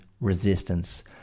resistance